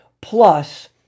plus